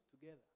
together